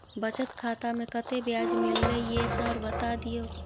बचत खाता में कत्ते ब्याज मिलले ये सर बता दियो?